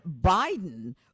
Biden